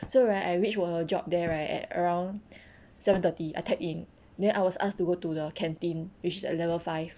so right I reach 我的 job there right at around seven thirty I tap in then I was asked to go to the canteen which at level five